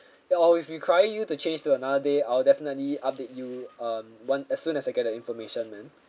they always require you to change to another day I'll definitely update you um one as soon as I get the information ma'am